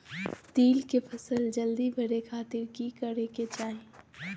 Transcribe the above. तिल के फसल जल्दी बड़े खातिर की करे के चाही?